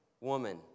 woman